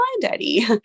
daddy